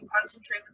concentrate